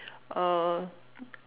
uh